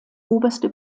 oberste